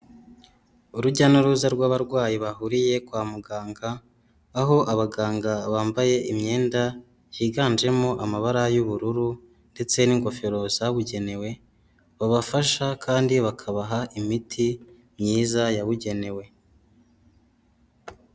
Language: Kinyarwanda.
Urujya n'uruza rw'abarwayi bahuriye kwa muganga, aho abaganga bambaye imyenda higanjemo amabara y'ubururu, ndetse n' ingofero zabugenewe babafasha kandi bakabaha imiti myiza yabugenewe.